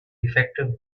effective